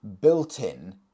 built-in